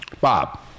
Bob